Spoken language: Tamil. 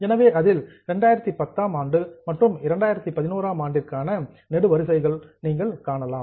எனவே அதில் 2010ஆம் ஆண்டு மற்றும் 2011ஆம் ஆண்டிற்கான கலம்ஸ் நெடுவரிசைகளை நீங்கள் காணலாம்